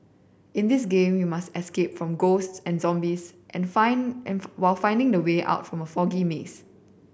in this game you must escape from ghosts and zombies and while finding the way out from foggy maze